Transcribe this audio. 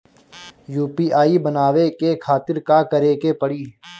UPI बनावे के खातिर का करे के पड़ी?